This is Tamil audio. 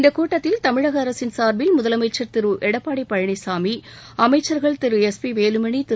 இந்தக் கூட்டத்தில் தமிழக அரசின் சார்பில் முதலமைச்சர் திரு எடப்பாடி பழனிசாமி அமைச்சர்கள் திரு எஸ் பி வேலமணி திரு